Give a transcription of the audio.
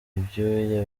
ibyuya